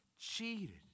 cheated